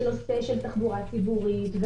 שנושא של תחבורה ציבורית,